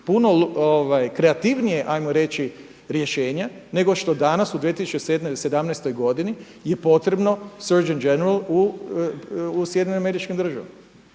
puno kreativnije hajmo reći rješenja nego što danas u 2017. godini je potrebno Search and general u SAD-u. Mi imamo